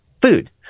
food